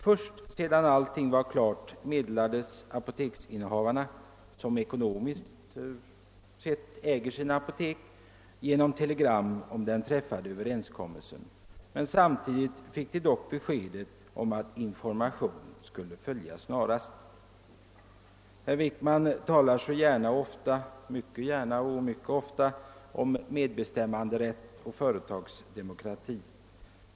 Först sedan allting var klart meddelades apoteksinnehavarna — som ekonomiskt sett äger sina apotek — genom telegram om den träffade överenskommelsen. Samtidigt fick de dock beskedet om att information skulle följa snarast. Herr Wickman talar så gärna och ofta — mycket gärna och mycket ofta — om medbestämmanderätt och företagsdemokrati.